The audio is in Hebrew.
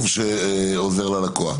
אושרה ותעלה לקריאה הראשונה.